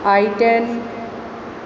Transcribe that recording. I ten